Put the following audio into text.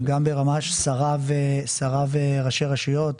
גם ברמה של מפגש עם השרה וראשי רשויות,